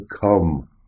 come